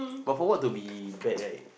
but for what to be bad right